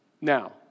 Now